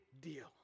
deal